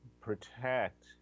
protect